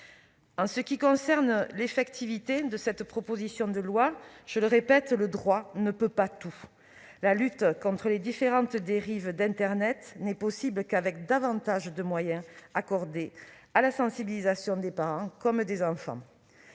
En ce qui concerne l'effectivité de cette proposition de loi, je le répète, le droit ne peut pas tout. La lutte contre les différentes dérives d'internet n'est possible qu'avec davantage de moyens accordés à la sensibilisation des parents comme des enfants.